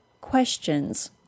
questions